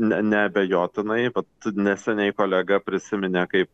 ne neabejotinai vat neseniai kolega prisiminė kaip